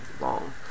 long